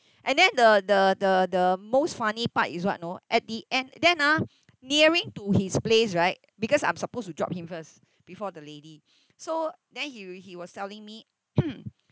and then the the the the most funny part is what you know at the end then ah nearing to his place right because I'm supposed to drop him first before the lady so then he r~ he was telling me